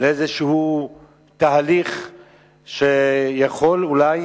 לאיזה תהליך שיכול אולי